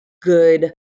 good